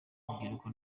urubyiruko